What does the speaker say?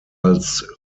als